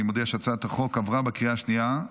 אני מודיע שהצעת החוק עברה בקריאה השנייה.